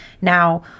Now